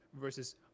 versus